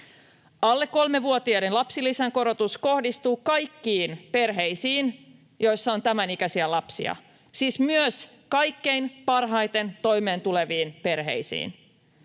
Alle kolmevuotiaiden lapsilisän korotus kohdistuu kaikkiin perheisiin, joissa on tämänikäisiä lapsia, siis myös kaikkein parhaiten toimeentuleviin perheisiin.